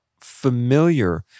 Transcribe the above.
familiar